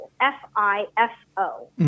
F-I-F-O